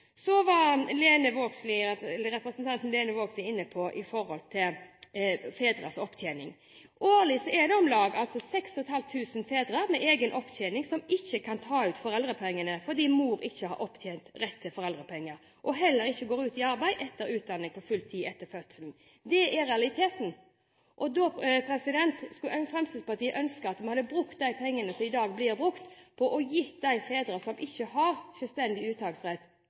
Representanten Lene Vågslid var inne på fedres opptjening. Årlig er det om lag 6 500 fedre med egen opptjening som ikke kan ta ut foreldrepengene fordi mor ikke har opptjent rett til foreldrepenger og heller ikke går ut i arbeid etter utdanning på fulltid etter fødselen. Det er realiteten, og da skulle Fremskrittspartiet ønske at man hadde brukt de pengene som i dag blir brukt, på å gi de fedrene som ikke har selvstendig uttaksrett,